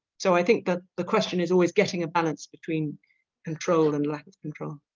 so i think that the question is always getting a balance between control and lack of control.